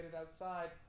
outside